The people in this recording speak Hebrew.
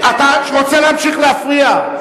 אתה רוצה להמשיך להפריע?